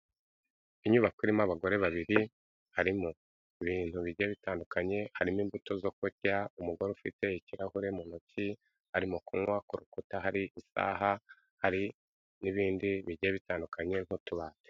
Inyubako irimo abagore babiri harimo ibintu bigiye bitandukanye, harimo imbuto zo kurya, umugore ufite ikirahure mu ntoki arimo kunywa, ku rukuta hari isaha, hari n'ibindi bigiye bitandukanye nk'utubati.